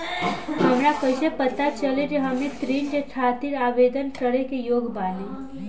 हमरा कइसे पता चली कि हम ऋण के खातिर आवेदन करे के योग्य बानी?